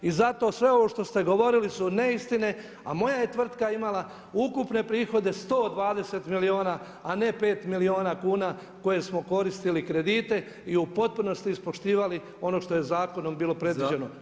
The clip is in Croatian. I zato sve ovo što ste govorili su neistine, a moja je tvrtka imala ukupne prihode 120 milijuna, a ne pet milijuna kuna koje smo koristili kredite i u potpunosti ispoštivali ono što je zakonom bilo predviđeno.